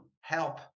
help